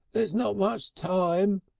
there's not much time.